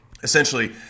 essentially